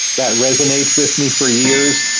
that resonates with me for years.